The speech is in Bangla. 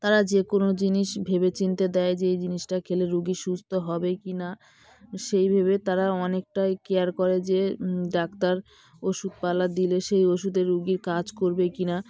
তারা যে কোনো জিনিস ভেবেচিন্তে দেয় যে এই জিনিসটা খেলে রোগী সুস্থ হবে কি না সেই ভেবে তারা অনেকটাই কেয়ার করে যে ডাক্তার ওষুধপালা দিলে সেই ওষুধে রোগীর কাজ করবে কি না